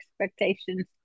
expectations